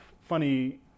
funny